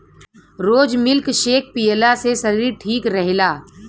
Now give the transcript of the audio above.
रोज milk shake पियला से शरीर ठीक रहेला